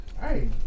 Hey